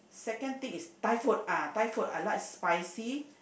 second thing is Thai food ah Thai food I like spicy